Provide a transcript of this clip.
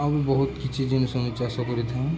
ଆଉ ବି ବହୁତ କିଛି ଜିନିଷ ମୁଁ ଚାଷ କରିଥାଏ